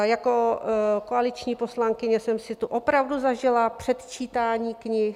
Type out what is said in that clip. Jako koaliční poslankyně jsem si tu opravdu zažila předčítání knih.